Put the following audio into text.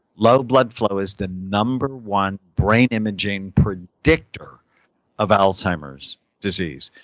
low blood flow is the number one brain imaging predictor of alzheimer's disease.